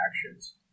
actions